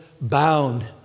bound